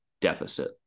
deficit